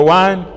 one